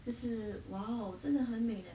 就是 !wow! 真的很美 leh